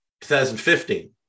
2015